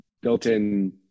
built-in